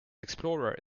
explorer